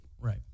Right